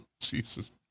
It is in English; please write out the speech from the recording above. Jesus